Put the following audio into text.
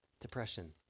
depression